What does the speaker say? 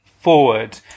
forward